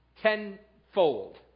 tenfold